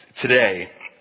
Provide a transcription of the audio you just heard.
today